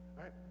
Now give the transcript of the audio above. right